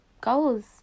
goals